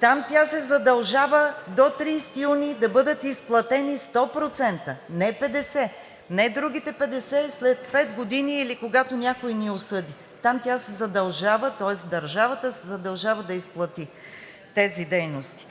Там тя се задължава до 30 юни да бъдат изплатени 100%, не 50, не другите 50 след пет години или когато някой ни осъди. Там тя се задължава, тоест държавата се задължава да изплати тези дейности.